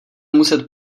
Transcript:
muset